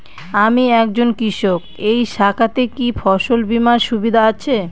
আমি একজন কৃষক এই শাখাতে কি ফসল বীমার সুবিধা আছে?